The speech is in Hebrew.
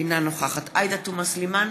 אינה נוכחת עאידה תומא סלימאן,